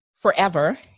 forever